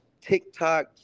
TikTok